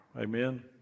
Amen